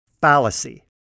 fallacy